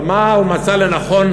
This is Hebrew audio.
אבל מה הוא מצא לנכון?